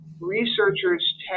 researchers